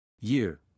Year